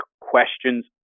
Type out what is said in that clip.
questions